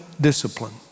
discipline